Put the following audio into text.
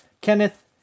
Kenneth